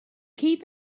keep